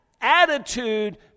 attitude